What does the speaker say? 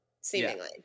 seemingly